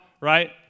right